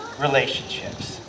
relationships